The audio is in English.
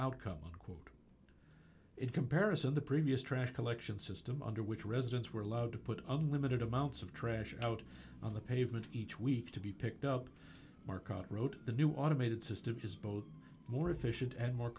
outcome and quote it comparison the previous trash collection system under which residents were allowed to put unlimited amounts of trash out on the pavement each week to be picked up market wrote the new automated system is both more efficient and more